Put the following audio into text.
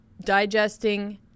digesting